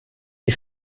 die